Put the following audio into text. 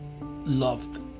loved